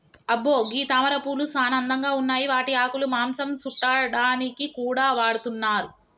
అబ్బో గీ తామరపూలు సానా అందంగా ఉన్నాయి వాటి ఆకులు మాంసం సుట్టాడానికి కూడా వాడతున్నారు